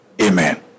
Amen